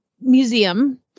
museum